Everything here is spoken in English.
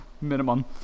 minimum